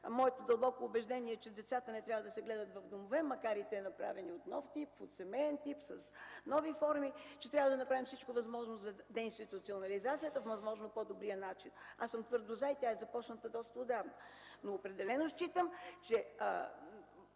Моето дълбоко убеждение е, че децата не трябва да се гледат в домове, макар и направени от нов тип, от семеен тип, с нови форми, че трябва да направим всичко възможно за деинституализацията по възможно по-добрия начин. Аз съм твърдо „за” и тя е започната доста отдавна, но определено считам, че